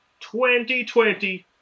2020